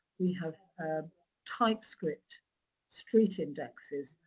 we have a type script street indexes,